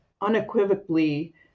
unequivocally